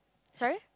sorry